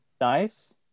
nice